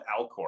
Alcor